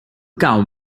come